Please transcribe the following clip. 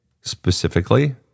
Specifically